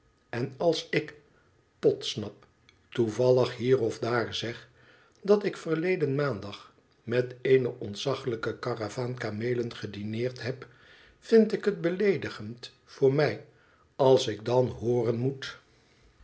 en als ik podsnap toevallig hier of daar itg dat ik verleden maandag met eene ontzaglijke karavaan kameelen gedineerd heb vind ik het beleedigend voor mij als ik dan hooren moet